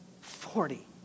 Forty